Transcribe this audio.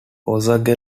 osage